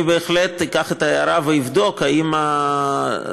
אני בהחלט אקח את ההערה ואבדוק האם הבדיקות